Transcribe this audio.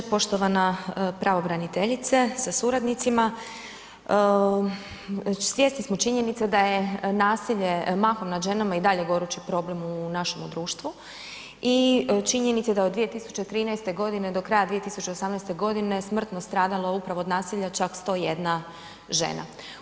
Poštovana pravobraniteljice sa suradnicima, svjesni smo činjenice da je nasilje mahom nad ženama i dalje gorući problem u našemu društvu i činjenici da od 2013. g. do kraja 2018. smrtno je stradalo upravo od nasilja čak 101 žena.